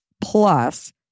plus